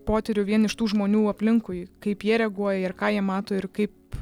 potyrių vien iš tų žmonių aplinkui kaip jie reaguoja ir ką jie mato ir kaip